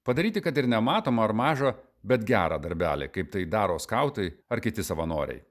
padaryti kad ir nematomą ar mažą bet gerą darbelį kaip tai daro skautai ar kiti savanoriai